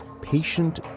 Patient